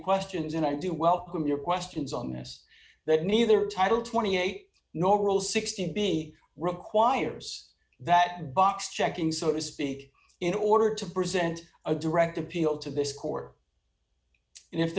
questions and i do welcome your questions on this that d neither title twenty eight nor will sixty be requires that box checking so to speak in order to present a direct appeal to this court